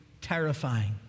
terrifying